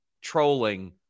trolling